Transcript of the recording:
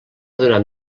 donat